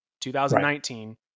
2019